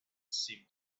seemed